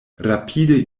rapide